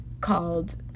called